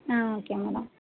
ah okay madam